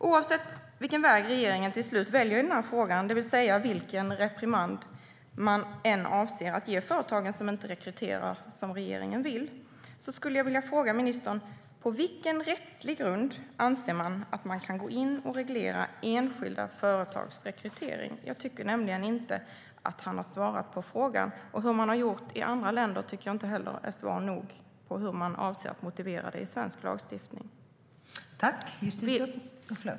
Oavsett vilken väg regeringen till slut väljer i denna fråga, det vill säga vilken reprimand man än avser att ge de företag som inte rekryterar som regeringen vill, skulle jag vilja fråga ministern: På vilken rättslig grund anser man att man kan gå in och reglera enskilda företags rekrytering? Jag tycker nämligen inte att han har svarat på frågan. Hur man har gjort i andra länder tycker jag inte är svar nog på hur man avser att motivera det i svensk lagstiftning.